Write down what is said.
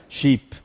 sheep